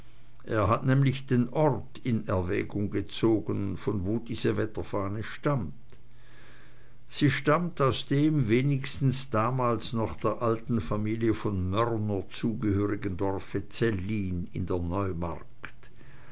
er hat nämlich den ort in erwägung gezogen von wo diese wetterfahne stammt sie stammt aus dem wenigstens damals noch der alten familie von mörner zugehörigen dorfe zellin in der neumark